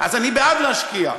אז אני בעד להשקיע.